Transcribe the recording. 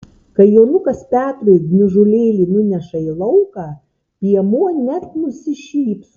kai jonukas petrui gniužulėlį nuneša į lauką piemuo net nusišypso